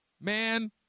Man